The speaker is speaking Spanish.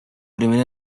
primera